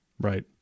Right